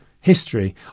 history